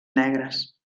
negres